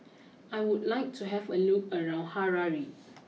I would like to have a look around Harare